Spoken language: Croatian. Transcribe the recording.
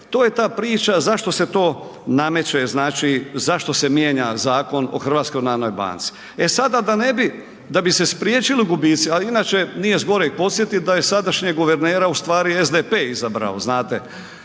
to je ta priča zašto se to nameće, znači zašto se mijenja Zakon o HNB-u, e sada da bi se spriječili gubitci, a inače nije zgoreg ni podsjetit da je sadašnjeg guvernera ustvari SDP izabrao.